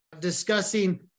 discussing